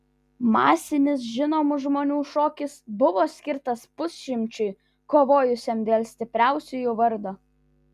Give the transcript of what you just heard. masinis žinomų žmonių šokis buvo skirtas pusšimčiui kovojusiam dėl stipriausiųjų vardo